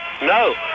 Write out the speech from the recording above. No